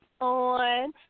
on